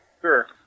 Sure